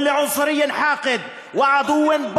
חבר הכנסת ענת ברקו, אני יכול פעם אחת, פעמיים.